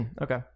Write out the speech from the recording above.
Okay